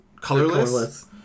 colorless